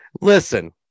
listen